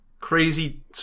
Crazy